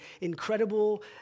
incredible